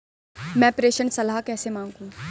मैं प्रेषण सलाह कैसे मांगूं?